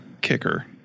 kicker